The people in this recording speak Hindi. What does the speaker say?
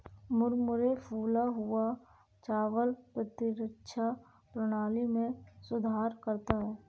मुरमुरे फूला हुआ चावल प्रतिरक्षा प्रणाली में सुधार करता है